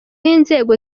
inzego